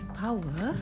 power